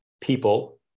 people